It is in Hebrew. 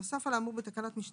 רק נסביר את הסיטואציה.